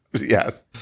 Yes